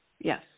yes